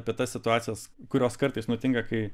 apie tas situacijas kurios kartais nutinka kai